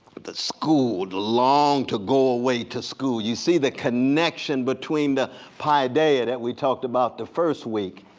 the school, longed to go away to school. you see the connection between the paideia that we talked about the first week,